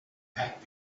pack